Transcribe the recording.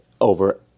over